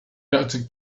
doctor